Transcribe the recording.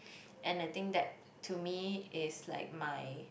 and the thing that to me is like my